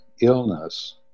illness